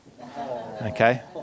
Okay